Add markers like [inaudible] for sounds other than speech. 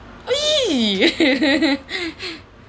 !ee! [laughs]